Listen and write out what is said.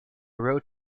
road